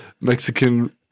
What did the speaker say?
mexican